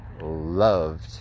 loved